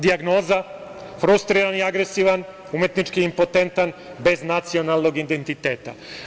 Dijagnoza – frustriran, agresivan, umetnički impotentan, bez nacionalnog identiteta.